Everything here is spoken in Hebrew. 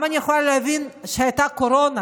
אני גם יכולה להבין שהייתה קורונה